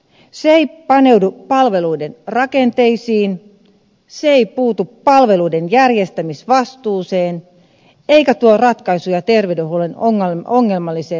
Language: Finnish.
se ei paneudu palveluiden rakenteisiin se ei puutu palveluiden järjestämisvastuuseen eikä tuo ratkaisuja terveydenhuollon ongelmalliseen rahoitukseen